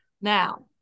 Now